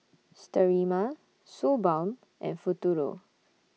Sterimar Suu Balm and Futuro